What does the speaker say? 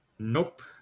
Nope